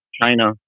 China